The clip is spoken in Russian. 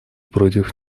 против